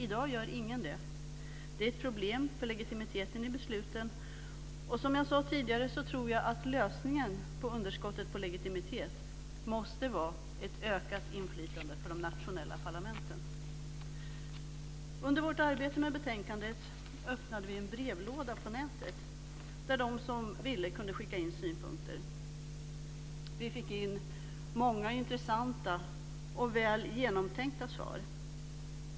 I dag gör ingen det. Det är ett problem för legitimiteten i besluten, och som jag sade tidigare tror jag att lösningen på underskottet på legitimitet måste vara ett ökat inflytande för de nationella parlamenten. Under vårt arbete med betänkandet öppnade vi en brevlåda på nätet där de som ville kunde skicka in synpunkter. Vi fick många intressanta och väl genomtänkta svar.